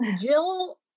Jill